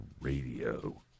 Radio